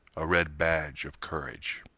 a red badge of courage.